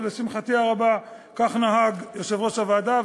ולשמחתי הרבה כך נהג יושב-ראש הוועדה.